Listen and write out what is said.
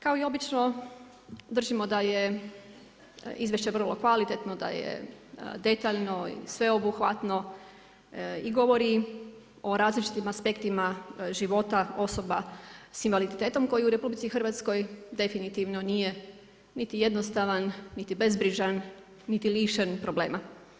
Kao i obično držimo da je izvješće vrlo kvalitetno, da je detaljno i sveobuhvatno i govori o različitim aspektima života osoba sa invaliditetom koji u RH definitivno nije niti jednostavan niti bezbrižan niti lišen problema.